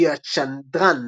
ג'יאצ'נדרן.